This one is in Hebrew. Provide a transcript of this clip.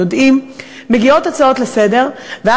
יודעים: מגיעות הצעות לסדר-היום,